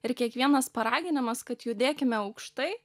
ir kiekvienas paraginimas kad judėkime aukštai